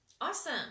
Awesome